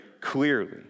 clearly